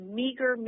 meager